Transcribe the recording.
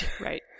Right